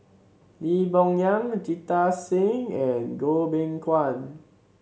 Lee Boon Yang Jita Singh and Goh Beng Kwan